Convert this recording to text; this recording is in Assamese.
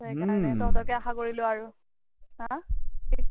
ত' সেইকাৰণে তহঁতকে আশা কৰিলোঁ হা কি